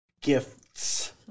gifts